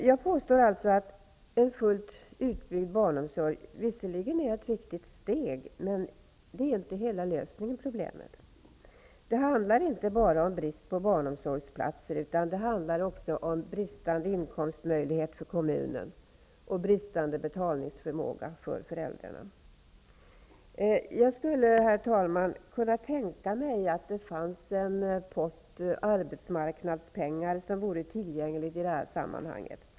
Jag påstår alltså att en fullt utbyggd barnomsorg visserligen är ett viktigt steg, men inte hela lösningen på problemet. Det handlar inte bara om brist på barnomsorgsplatser, utan det handlar också om bristande inkomstmöjlighet för kommunen och bristande betalningsförmåga för föräldrarna. Jag skulle, herr talman, kunna tänka mig att det fanns en pott arbetsmarknadspengar tillgängliga i det här sammanhanget.